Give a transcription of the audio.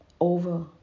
over